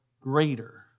greater